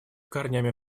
корнями